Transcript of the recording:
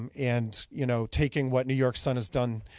um and, you know, taking what new york sun has done,